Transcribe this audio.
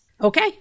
Okay